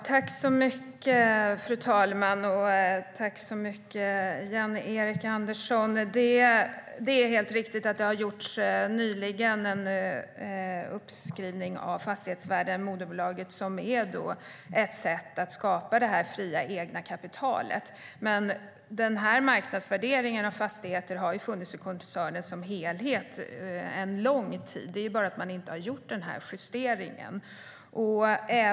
Fru ålderspresident! Det är helt riktigt att det nyligen har gjorts en uppskrivning av fastighetsvärdena i moderbolaget. Det är ett sätt att skapa det fria egna kapitalet. Marknadsvärderingen av fastigheterna har ju gällt under en lång tid inom koncernen som helhet. Det är bara det att man inte har gjort någon justering.